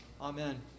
Amen